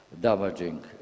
damaging